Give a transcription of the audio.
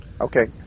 Okay